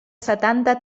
setanta